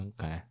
Okay